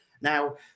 Now